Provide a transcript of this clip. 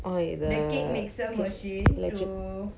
oh the electric